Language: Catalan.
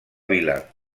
vila